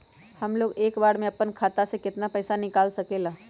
हमलोग एक बार में अपना खाता से केतना पैसा निकाल सकेला?